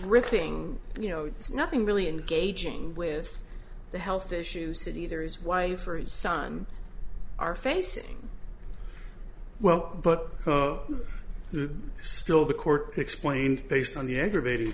gripping you know it's nothing really engaging with the health issues that either his wife or his son are facing well but still the court explained based on the aggravating